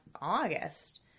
August